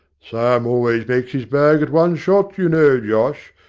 sam always makes his bag at one shot, you know, josh,